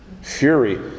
fury